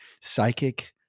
psychic